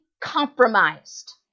compromised